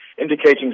indicating